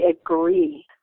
agree